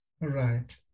right